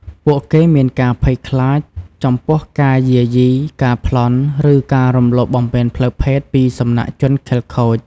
ពួកគេមានការភ័យខ្លាចចំពោះការយាយី ការប្លន់ ឬការរំលោភបំពានផ្លូវភេទពីសំណាក់ជនខិលខូច។